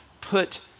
put